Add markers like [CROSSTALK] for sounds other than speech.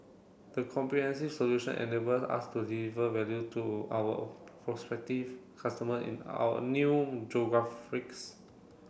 the comprehensive solution enables us to deliver value to our prospective customer in our new [UNINTELLIGIBLE]